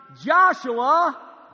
Joshua